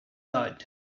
out